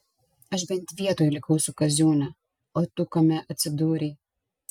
aš bent vietoj likau su kaziūne o tu kame atsidūrei